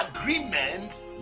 agreement